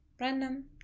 random